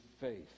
faith